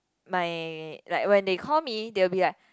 my like when they call me they will be like